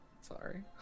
Sorry